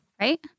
right